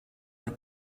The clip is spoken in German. der